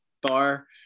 bar